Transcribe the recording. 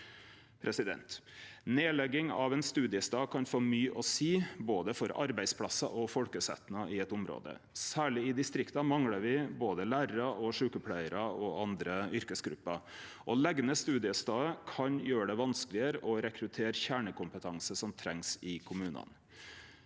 Nedlegging av ein studiestad kan få mykje å seie for både arbeidsplassar og folkesetnad i eit område. Særleg i distrikta manglar me både lærarar, sjukepleiarar og andre yrkesgrupper. Å leggje ned studiestader kan gjere det vanskelegare å rekruttere kjernekompetanse som trengst i kommunane.